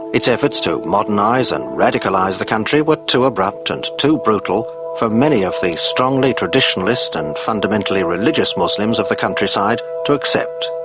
its efforts to modernise and radicalise the country were too abrupt and too brutal for many of the strongly traditionalist and fundamentally religious muslims of the countryside to accept.